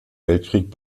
weltkrieg